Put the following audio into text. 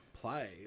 play